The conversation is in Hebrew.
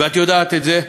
ואת יודעת את זה,